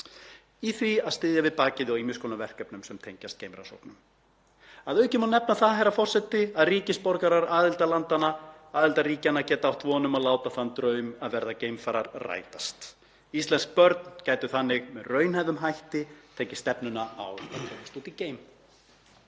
í því að styðja við bakið á ýmiss konar verkefnum sem tengjast geimrannsóknum. Að auki má nefna það, herra forseti, að ríkisborgarar aðildarríkjanna geta átt von um að láta þann draum að verða geimfarar rætast. Íslensk börn gætu þannig með raunhæfum hætti tekið stefnuna á að komst út í geim.